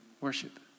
Worship